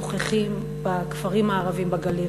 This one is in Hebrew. נוכחים בכפרים הערביים בגליל,